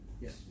Yes